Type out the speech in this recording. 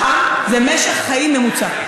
מח"מ זה משך חיים ממוצע.